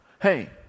hey